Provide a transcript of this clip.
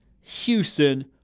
Houston